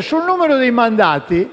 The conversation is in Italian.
Sul numero dei mandati